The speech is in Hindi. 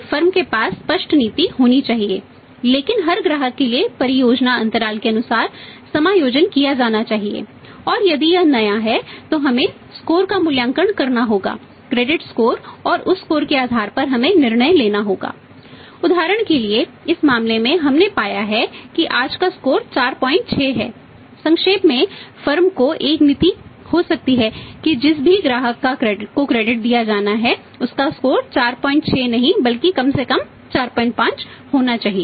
फिर एक संभावना है इसलिए फर्म 46 नहीं बल्कि कम से कम 45 होना चाहिए